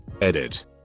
Edit